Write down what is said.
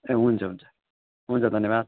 ए हुन्छ हुन्छ हुन्छ धन्यवाद